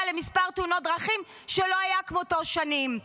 למספר תאונת דרכים שלא היה כמותו שנים.